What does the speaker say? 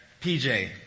PJ